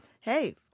Hey